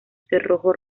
cerrojo